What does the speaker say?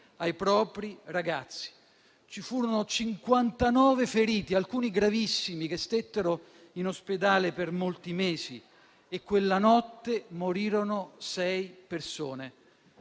ai propri ragazzi. Vi furono cinquantanove feriti, alcuni gravissimi, che stettero in ospedale per molti mesi. Quella notte morirono sei persone.